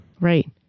Right